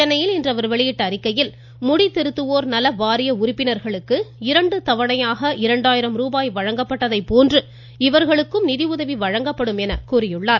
சென்னையில் இன்று அவர் வெளியிட்ட அறிக்கையில் முடி திருத்துவோர் நல வாரிய உறுப்பினர்களுக்கு இரண்டு தவணையாக இரண்டு வழங்கப்பட்டதை போன்று இவர்களுக்கும் நிதி உதவி வழங்கப்படும் எனக் கூறியுள்ளார்